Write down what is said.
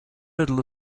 middle